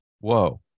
Whoa